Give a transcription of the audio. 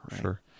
Sure